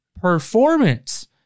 performance